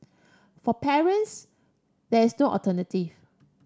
for parents there is no alternative